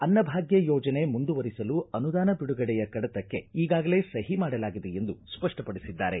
ಅನ್ನಭಾಗ್ಯ ಯೋಜನೆ ಮುಂದುವರಿಸಲು ಅನುದಾನ ಬಿಡುಗಡೆಯ ಕಡತಕ್ಕೆ ಈಗಾಗಲೇ ಸಹಿ ಮಾಡಲಾಗಿದೆ ಎಂದು ಸ್ಪಷ್ಟ ಪಡಿಸಿದ್ದಾರೆ